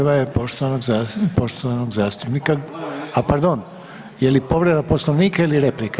Prva je poštovanog zastupnika, a pardon, je li povreda Poslovnika ili replika?